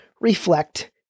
reflect